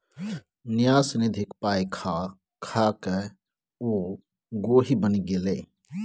न्यास निधिक पाय खा खाकए ओ गोहि बनि गेलै